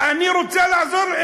אני רוצה לעזור,